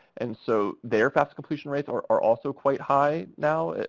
and so their fafsa completion rates are also quite high now,